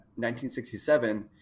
1967